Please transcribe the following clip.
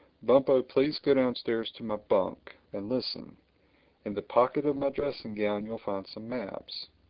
bumpo, please go downstairs to my bunk and listen in the pocket of my dressing-gown you'll find some maps.